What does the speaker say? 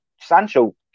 Sancho